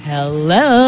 Hello